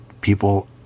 people